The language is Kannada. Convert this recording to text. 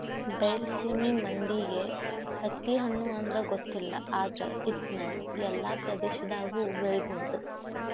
ಬೈಲಸೇಮಿ ಮಂದಿಗೆ ತತ್ತಿಹಣ್ಣು ಅಂದ್ರ ಗೊತ್ತಿಲ್ಲ ಆದ್ರ ಇದ್ನಾ ಎಲ್ಲಾ ಪ್ರದೇಶದಾಗು ಬೆಳಿಬಹುದ